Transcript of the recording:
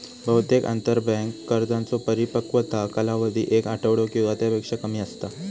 बहुतेक आंतरबँक कर्जांचो परिपक्वता कालावधी एक आठवडो किंवा त्यापेक्षा कमी असता